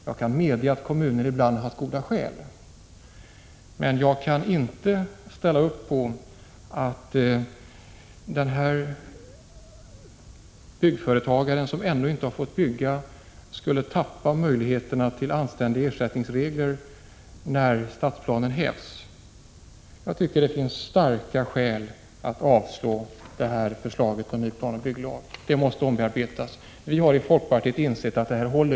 Jag kan medge att kommunen ibland haft goda skäl, men jag kan inte ställa upp på att byggmästaren — som ännu inte fått bygga — skall förlora möjligheterna till anständiga ersättningsregler när stadsplanen upphävs. Jag tycker det finns starka skäl att avslå detta förslag om ny planoch bygglag. Det måste omarbetas. Vi har i folkpartiet insett att det inte håller.